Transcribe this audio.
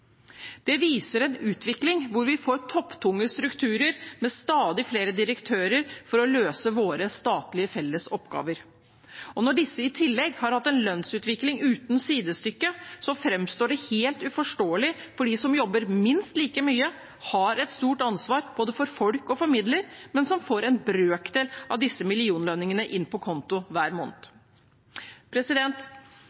utvikling hvor vi får topptunge strukturer med stadig flere direktører for å løse våre statlige fellesoppgaver. Når disse i tillegg har hatt en lønnsutvikling uten sidestykke, framstår det helt uforståelig for dem som jobber minst like mye, som har et stort ansvar både for folk og for midler, men som får en brøkdel av disse millionlønningene inn på konto hver måned.